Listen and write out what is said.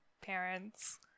parents